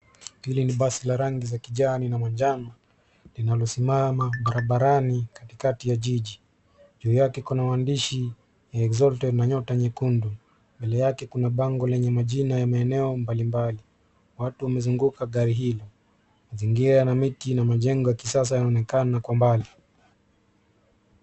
Hili ni basi la rangi za kijani na manjano linalosimama barabarani katikati ya jiji, juu yake kuna maandishi [exhausted ] na nyota nyekundu, mbele yake kuna bango lenye majina ya maeneo mbalimbali watu wamezunguka gari hili, mazingira na miti na majengo ya kisasa yanaonekana wa mbali.